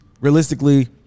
realistically